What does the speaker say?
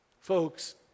Folks